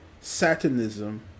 satanism